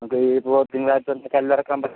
നമുക്ക് ഇപ്പോൾ തിങ്കാഴ്ച തന്നെ കല്ലിറക്കാൻ പറയാം